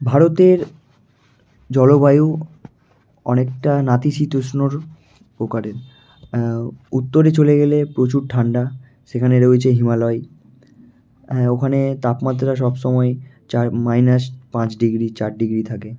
ভারতের জলবায়ু অনেকটা নাতিশীতোষ্ণর প্রকারের উত্তরে চলে গেলে প্রচুর ঠান্ডা সেখানে রয়েছে হিমালয় হ্যাঁ ওখানে তাপমাত্রা সব সময় চার মাইনাস পাঁচ ডিগ্রি চার ডিগ্রি থাকে